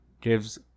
gives